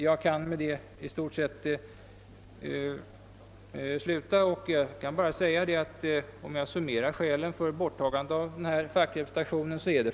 Jag skulle kunna sluta med detta men vill summera skälen för borttagande av fackrepresentationen på följande sätt.